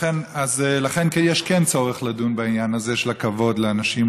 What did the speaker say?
לכן כן יש צורך לדון בעניין הזה של הכבוד לאנשים,